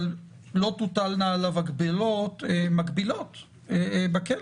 אבל לא תוטלנה עליו הגבלות מקבילות בכלא.